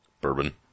Bourbon